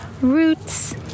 roots